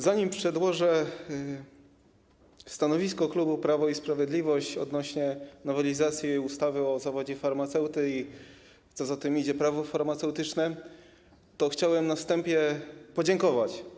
Zanim przedłożę stanowisko klubu Prawo i Sprawiedliwość odnośnie do nowelizacji ustawy o zawodzie farmaceuty i, co za tym idzie, ustawy - Prawo farmaceutyczne, to chcę na wstępie podziękować.